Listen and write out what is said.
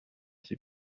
fait